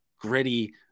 gritty